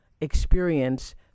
experience